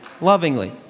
lovingly